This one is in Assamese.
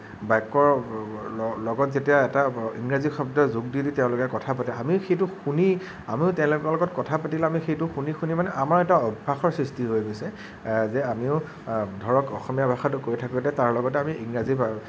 বাক্যৰ লগত যেতিয়া এটা ইংৰাজী শব্দৰ যোগ দি দি তেওঁলোকে কথা পাতে আমিও সেইটো শুনি আমিও তেওঁলোকৰ লগত কথা পাতিলে আমি সেইটো শুনি শুনি মানে আমাৰ এটা অভ্যাসৰ সৃষ্টি হৈ গৈছে যে আমিও ধৰক অসমীয়া ভাষাটো কৈ থাকোতে তাৰ লগতে আমি ইংৰাজী